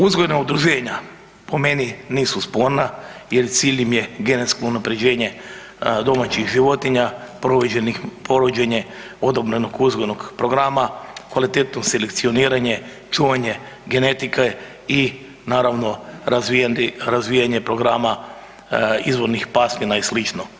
Uzgojna udruženja po meni nisu sporna jer cilj im genetsko unapređenje domaćih životinja, provođenje odobrenog uzgojnog programa, kvalitetno selekcioniranje, čuvanje genetike i naravno razvijanje programa izvornih pasmina i slično.